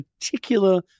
particular